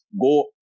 go